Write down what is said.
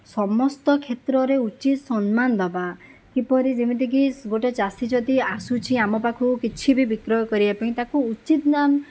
ସମସ୍ତ କ୍ଷେତ୍ରରେ ଉଚିତ୍ ସମ୍ମାନ ଦେବା କିପରି ଯେମିତିକି ଗୋଟିଏ ଚାଷୀ ଯଦି ଆସୁଛି ଆମ ପାଖକୁ କିଛି ବି ବିକ୍ରୟ କରିବାପାଇଁ ତାକୁ ଉଚିତ୍ ଦାମ୍